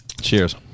Cheers